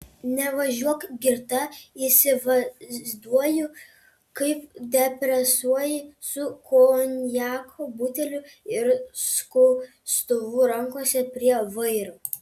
nevažiuok girta įsivaizduoju kaip depresuoji su konjako buteliu ir skustuvu rankose prie vairo